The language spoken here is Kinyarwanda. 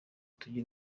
tujye